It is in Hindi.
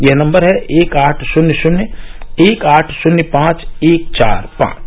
यह नम्बर है एक आठ शून्य शून्य एक आठ शून्य पांच एक चार पांच